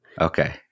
Okay